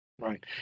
Right